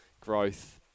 growth